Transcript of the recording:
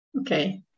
Okay